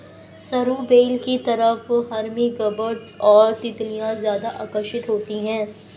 सरू बेल की तरफ हमिंगबर्ड और तितलियां ज्यादा आकर्षित होती हैं